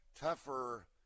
tougher